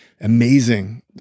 amazing